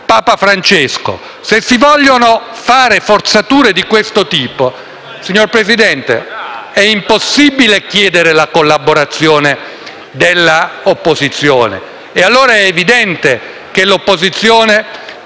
Papa Francesco, se si vogliono fare forzature di questo tipo, signor Presidente, è impossibile chiedere la collaborazione dell'opposizione. È allora evidente che l'opposizione